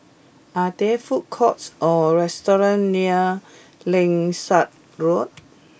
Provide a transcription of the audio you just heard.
are there food courts or restaurants near Langsat Road